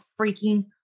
freaking